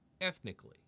ethnically